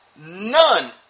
none